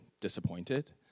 disappointed